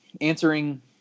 answering